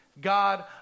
God